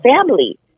family